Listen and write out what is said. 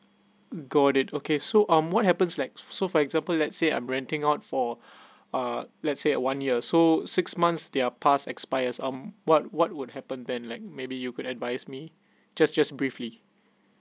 got it okay so um what happens like so for example let's say I'm renting out for uh let's say one year so six months they're pass expires um what what would happen then maybe you could advise me just just briefly